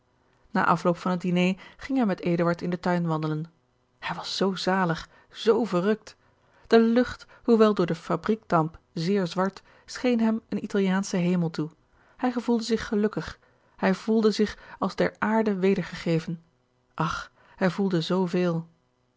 na afloop van het diner ging hij met eduard in den tuin wandelen hij was zoo zalig z verrukt de lucht hoewel door den fabriekdamp zeer zwart scheen hem een italiaansche hemel toe hij gevoelde zich gelukkig hij voelde zich als der aarde wedergegeven ach hij voelde